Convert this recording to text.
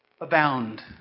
abound